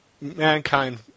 Mankind